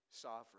Sovereign